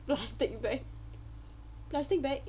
plastic bag plastic bag